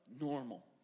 normal